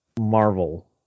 marvel